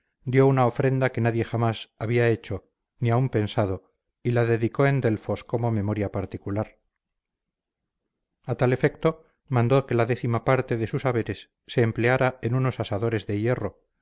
dio una ofrenda que nadie jamás había hecho ni aun pensado y la dedicó en delfos como memoria particular al efecto mandó que la décima parte de sus haberes se empleara en unos asadores de hierro